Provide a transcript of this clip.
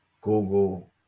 Google